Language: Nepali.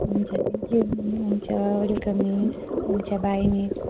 हुन्छ थ्याङ्क यू मिस हुन्छ वेलकम मिस हुन्छ बाई मिस